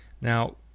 Now